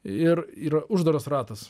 ir yra uždaras ratas